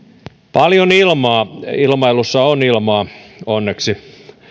paljon ilmaa ilmailussa on ilmaa onneksi